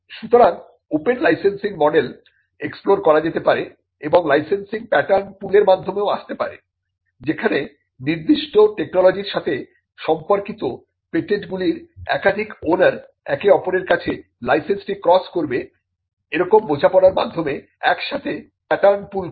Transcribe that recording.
সুতরাংওপেন licensing মডেলগুলো এক্সপ্লোর করা যেতে পারে এবং লাইসেন্সিং প্যাটার্ন পুলের মাধ্যমেও আসতে পারে যেখানে নির্দিষ্ট টেকনোলজির সাথে সম্পর্কিত পেটেন্ট গুলির একাধিক ওনার একে অপরের কাছে লাইসেন্সটি ক্রস করবে এরূপ বোঝাপড়ার মাধ্যমে একসাথে প্যাটার্ন পুল করে